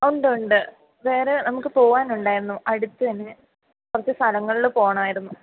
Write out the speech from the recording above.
ഉണ്ട് ഉണ്ട് വേറെ നമുക്ക് പോകാൻ ഉണ്ടായിരുന്നു അടുത്ത് തന്നെ കുറച്ച് സ്ഥലങ്ങളിൽ പോകണമായിരുന്നു